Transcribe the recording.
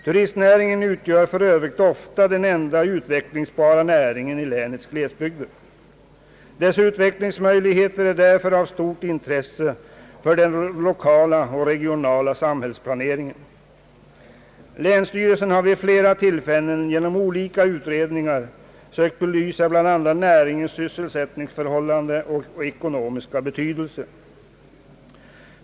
Turistnäringen utgör för övrigt ofta den enda utvecklingsbara näringen i länets glesbygder. Dess utvecklingsmöjligheter är därför av stort intresse för den regionala och den lokala samhällsplaneringen. Länsstyrelsen har vid flera tillfällen genom olika utredningar sökt belysa bl.a. näringens sysselsättningsförhållanden och ekonomiska betydelse.